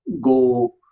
go